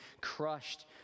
crushed